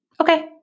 Okay